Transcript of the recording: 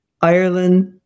Ireland